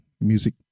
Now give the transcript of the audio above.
music